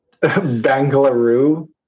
Bangalore